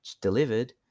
delivered